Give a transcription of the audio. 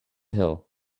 hill